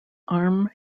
arm